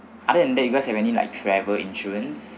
other than that you guys have any like travel insurance